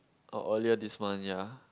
oh earlier this month ya